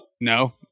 No